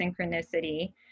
synchronicity